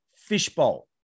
Fishbowl